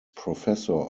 professor